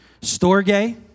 Storge